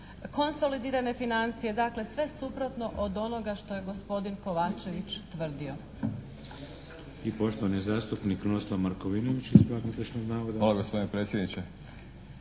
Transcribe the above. konsolidirane financije. Dakle sve suprotno od onoga što je gospodin Kovačević tvrdio.